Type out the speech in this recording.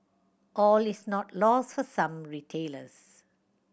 all is not lost for some retailers